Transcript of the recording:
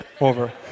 over